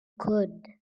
could